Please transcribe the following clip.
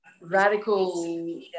radical